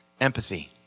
empathy